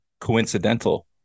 coincidental